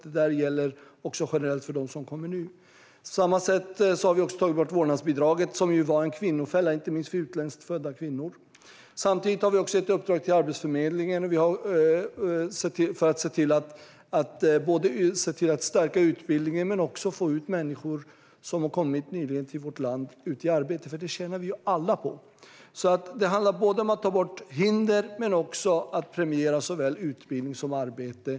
Det gäller också generellt för dem som kommer nu. På samma sätt har vi tagit bort vårdnadsbidraget, som var en kvinnofälla för inte minst utlandsfödda kvinnor. Samtidigt har vi gett ett uppdrag till Arbetsförmedlingen att se till att stärka utbildningen men också få ut människor som nyligen har kommit till vårt land i arbete. Det tjänar vi alla på. Det handlar både om att ta bort hinder och om att premiera såväl utbildning som arbete.